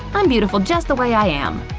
i'm beautiful just the way i am.